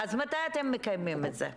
אז מתי אתם מקיימים את זה.